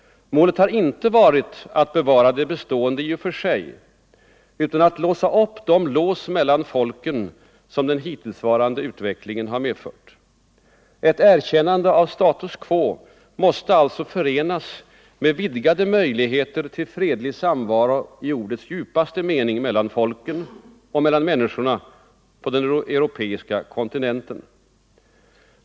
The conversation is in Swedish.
Målet har inte varit att bevara det bestående i och för sig, utan att låsa upp de lås mellan folken som den hittillsvarande utvecklingen har medfört. Ett erkännande av status quo måste alltså förenas med vidgade möjligheter till fredlig samvaro i ordets djupaste mening mellan folken —- och mellan människorna — på den europeiska kontinenten.